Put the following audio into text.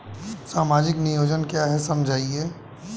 सामाजिक नियोजन क्या है समझाइए?